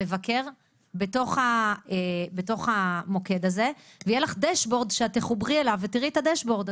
מבקר בתוך המוקד הזה ויהיה לך דשבורד שאת תחוברי אליו ותראי את הדשבורד,